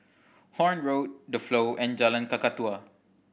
Horne Road The Flow and Jalan Kakatua